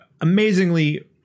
amazingly